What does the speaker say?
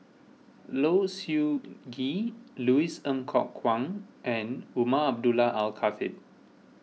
Low Siew Nghee Louis Ng Kok Kwang and Umar Abdullah Al Khatib